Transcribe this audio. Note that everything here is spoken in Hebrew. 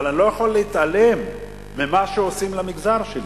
אבל אני לא יכול להתעלם ממה שעושים למגזר שלי,